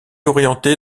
orientée